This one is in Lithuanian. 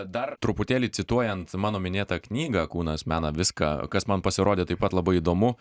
dar truputėlį cituojant mano minėtą knygą kūnas mena viską kas man pasirodė taip pat labai įdomu